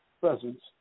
presence